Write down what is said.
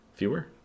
Fewer